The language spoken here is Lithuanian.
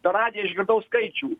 per radiją išgirdau skaičių